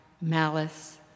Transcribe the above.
malice